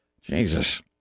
Jesus